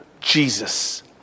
Jesus